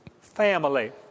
family